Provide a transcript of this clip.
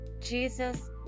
Jesus